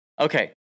Okay